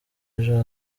ejo